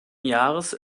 jahres